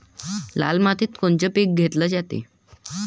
लाल मातीत कोनचं पीक घेतलं जाते?